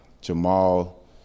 Jamal